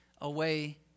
away